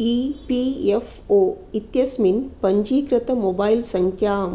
E P F O इत्यस्मिन् पञ्जीकृत mobile सङ्ख्यां